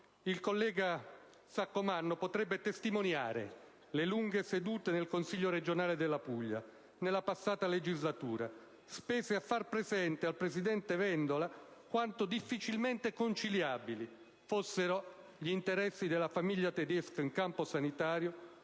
Il collega Saccomanno potrebbe testimoniare le lunghe sedute del Consiglio regionale della Puglia, nella passata legislatura, spese a far presente al presidente Vendola quanto difficilmente conciliabili fossero gli interessi della famiglia Tedesco in campo sanitario